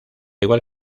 igual